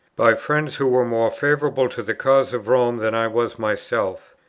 by friends who were more favourable to the cause of rome than i was myself.